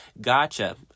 Gotcha